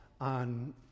on